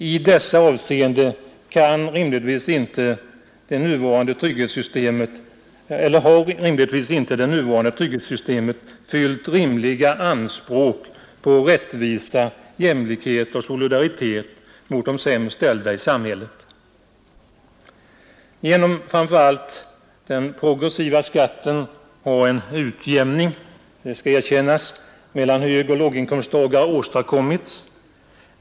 I dessa avseenden har därför inte det nuvarande trygghetssystemet fyllt rimliga anspråk på rättvisa, jämlikhet och solidaritet mot de sämst ställda i samhället. Genom framför allt den progressiva skatten har en utjämning — det skall erkännas — mellan högoch låginkomsttagare åstadkommits.